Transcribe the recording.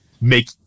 make